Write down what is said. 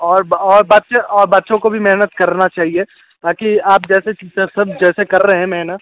और और बच्चे और बच्चों को भी मेहनत करना चाहिए ताकि आप जैसे टीचर्स सब जैसे कर रहे है मेहनत